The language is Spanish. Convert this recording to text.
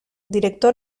director